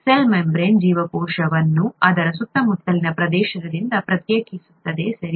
cell membrane ಜೀವಕೋಶವನ್ನು ಅದರ ಸುತ್ತಮುತ್ತಲಿನ ಪ್ರದೇಶದಿಂದ ಪ್ರತ್ಯೇಕಿಸುತ್ತದೆ ಸರಿ